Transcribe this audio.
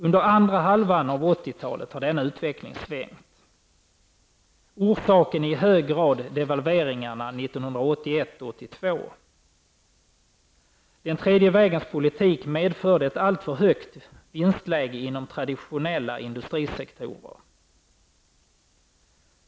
Under andra halvan av 1980-talet har denna utveckling svängt. Orsaken är i hög grad devalveringarna 1981 och 1982. Den tredje vägens politik medförde ett alltför högt vinstläge inom traditionella industrisektorer.